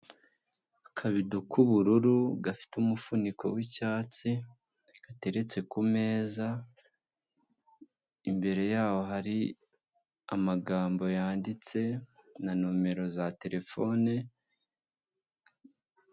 Akabido k'ubururu gafite umufuniko w'icyatsi gateretse ku meza, imbere yaho hari amagambo yanditse na nomero za terefone.